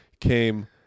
came